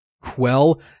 quell